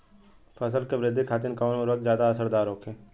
फसल के वृद्धि खातिन कवन उर्वरक ज्यादा असरदार होखि?